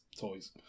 toys